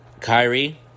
Kyrie